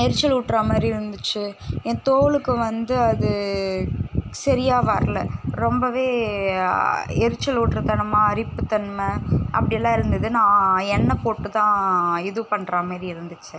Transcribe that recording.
எரிச்சலூட்டுறா மாதிரி இருந்துச்சு என் தோலுக்கு வந்து அது சரியா வரல ரொம்பவே எரிச்சலூட்றத்தனமாக அரிப்பு தன்மை அப்படி எல்லாம் இருந்தது நான் எண்ணெய் போட்டு தான் இது பண்ணுறா மாரி இருந்துச்சு